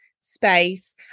space